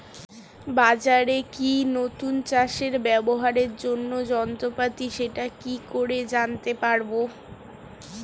বাজারে কি নতুন চাষে ব্যবহারের জন্য যন্ত্রপাতি সেটা কি করে জানতে পারব?